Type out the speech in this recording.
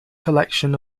collection